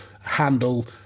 handle